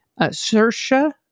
Sersha